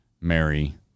Mary